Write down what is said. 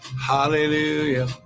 hallelujah